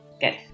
Good